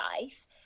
life